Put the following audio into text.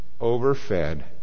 overfed